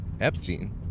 Epstein